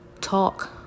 talk